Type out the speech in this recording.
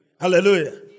Hallelujah